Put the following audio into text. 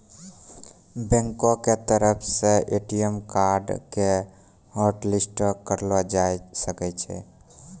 बैंको के तरफो से ए.टी.एम कार्डो के हाटलिस्टो करलो जाय सकै छै